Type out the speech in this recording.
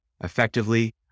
effectively